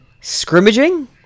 scrimmaging